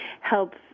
help